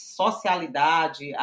socialidade